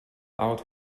oud